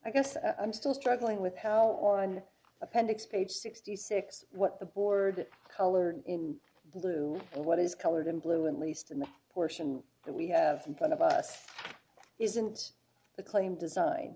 i guess i'm still struggling with how on appendix page sixty six what the board colored in blue and what is colored in blue and least in the portion that we have in front of us isn't the claim design